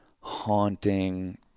haunting